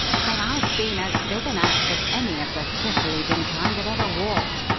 that i've been as big an ass as any of the thistle-eating kind that ever walked.